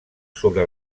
sobre